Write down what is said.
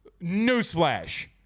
Newsflash